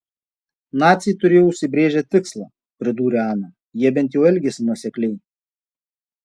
naciai turėjo užsibrėžę tikslą pridūrė ana jie bent jau elgėsi nuosekliai